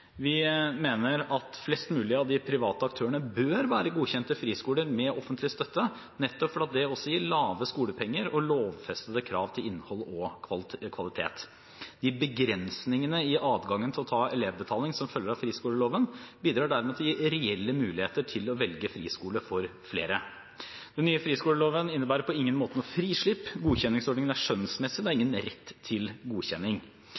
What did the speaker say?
Vi mener at flest mulig av de private aktørene bør være godkjente friskoler med offentlig støtte, nettopp for at det også gir lave skolepenger og lovfestede krav til innhold og kvalitet. De begrensningene i adgangen til å ta elevbetaling som følger av friskoleloven, bidrar dermed til å gi reelle muligheter til å velge friskole for flere. Den nye friskoleloven innebærer på ingen måte noe frislipp. Godkjenningsordningen er skjønnsmessig, og det er ingen rett til godkjenning.